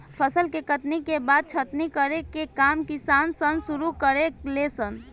फसल के कटनी के बाद छटनी करे के काम किसान सन शुरू करे ले सन